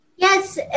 Yes